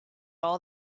all